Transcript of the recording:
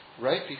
right